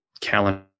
calendar